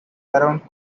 around